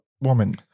woman